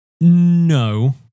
No